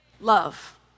Love